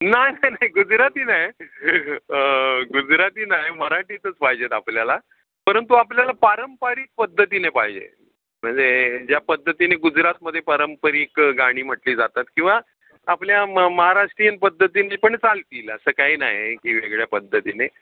नाही नाही नाही गुजराती नाही गुजराती नाही मराठीतच पाहिजेत आपल्याला परंतु आपल्याला पारंपरिक पद्धतीने पाहिजे म्हणजे ज्या पद्धतीने गुजरातमध्ये पारंपरिक गाणी म्हटली जातात किंवा आपल्या म महाराष्ट्रीयन पद्धतीने पण चालतील असं काही नाही की वेगळ्या पद्धतीने